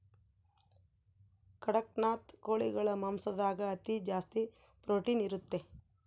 ಕಡಖ್ನಾಥ್ ಕೋಳಿಗಳ ಮಾಂಸದಾಗ ಅತಿ ಜಾಸ್ತಿ ಪ್ರೊಟೀನ್ ಇರುತ್ತೆ